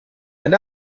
and